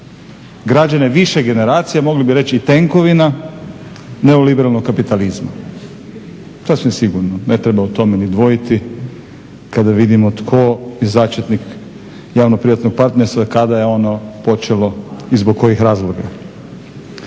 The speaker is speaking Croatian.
građane više generacije mogli bi reći tekovina neoliberalnog kapitalizma. Sasvim sigurno, ne treba o tome ni dvojiti kada vidimo tko je začetnik javno-privatnog partnerstva, kada je ono počelo i zbog kojih razloga.